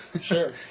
Sure